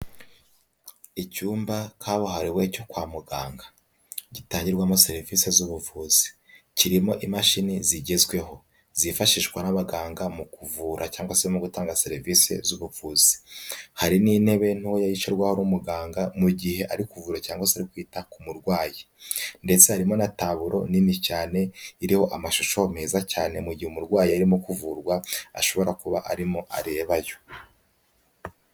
Icyumba kabuhariwe cyo kwa muganga, gitangirwamo serivise z'ubuvuzi, kirimo imashini zigezweho, zifashishwa n'abaganga mu kuvura cyangwa se mu gutanga serivise z'ubuvuzi, hari n'intebe ntoya yicarwaho n'umuganga mu gihe ari kuvura cyangwa se kwita ku murwayi, ndetse harimo na taburo nini cyane iriho amashusho meza cyane mu gihe umurwayi arimo kuvurwa ashobora kuba arimo arebayo.